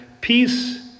Peace